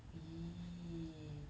!ee!